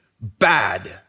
bad